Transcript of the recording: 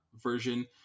version